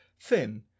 thin